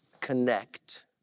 connect